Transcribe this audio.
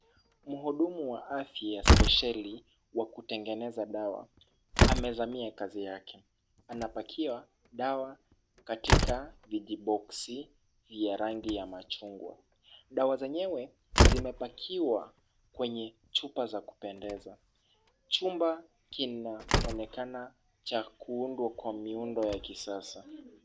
Mhudumu wa afya speshieli wa kutengeneza dawa amezamia kazi yake. Anapackia dawa katika vijiboksi vya rangi ya machungwa. Dawa zenyewe zimepackiwa kwenye chupa za kupendeza, chumba kinaonekana cha kuundwa kwa miundo ya kisasa.